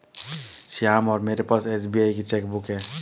श्याम और मेरे पास एस.बी.आई की चैक बुक है